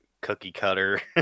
cookie-cutter